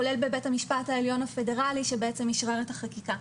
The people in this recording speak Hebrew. כולל בבית המשפט העליון הפדרלי שבעצם אישרר את החקיקה.